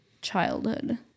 childhood